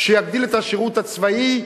שיגדיל את השירות הצבאי,